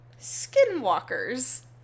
skinwalkers